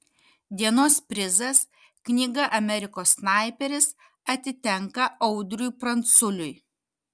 dienos prizas knyga amerikos snaiperis atitenka audriui pranculiui